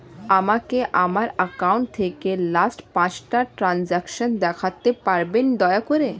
আমাকে আমার অ্যাকাউন্ট থেকে লাস্ট পাঁচটা ট্রানজেকশন দেখাতে পারবেন দয়া করে